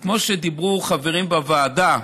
וכמו שדיברו חברים בוועדה,